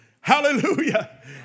Hallelujah